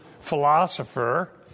philosopher